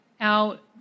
out